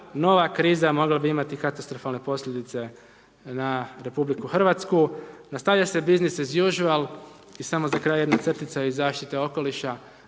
nova kriza mogla bi imati katastrofalne posljedice na Republiku Hrvatsku. Nastavlja se biznis as usuall, i samo za kraj jedna crtica iz zaštite okoliša,